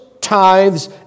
tithes